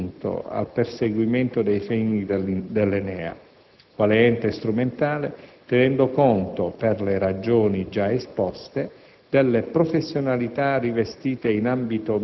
proprio i soggetti in grado di dare un «valore aggiunto» al perseguimento dei fini dell'ENEA, quale ente strumentale, tenendo conto, per le ragioni già esposte,